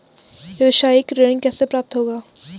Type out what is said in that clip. व्यावसायिक ऋण कैसे प्राप्त होगा?